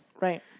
Right